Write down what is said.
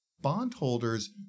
bondholders